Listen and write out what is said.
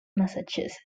massachusetts